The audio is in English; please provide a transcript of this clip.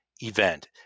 event